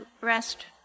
rest